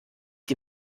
die